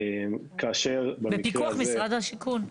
כאשר במקרה הזה --- בפיקוח משרד השיכון.